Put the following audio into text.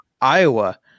Iowa